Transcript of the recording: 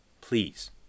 Please